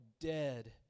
dead